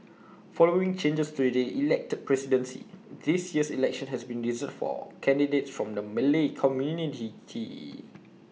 following changes to the elected presidency this year's election has been reserved for candidates from the Malay community